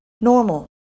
normal